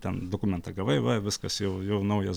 ten dokumentą gavai va viskas jau jau naujas